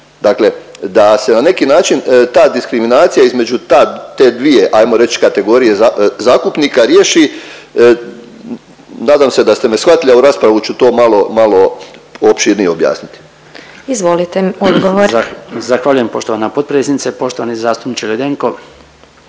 Dakle, da se na neki način ta diskriminacija između ta, te dvije ajmo reć kategorije zakupnika riješi, nadam se da ste me shvatili, a u raspravu ću to malo, malo opširnije objasniti. **Glasovac, Sabina (SDP)** Izvolite odgovor. **Bačić, Branko (HDZ)** Zahvaljujem poštovana potpredsjednice. Poštovani zastupniče Ledenko,